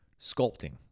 Sculpting